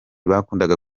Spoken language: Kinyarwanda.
bakundaga